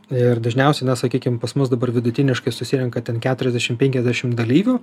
ir dažniausiai na sakykim pas mus dabar vidutiniškai susirenka ten keturiasdešimt penkiasdešimt dalyvių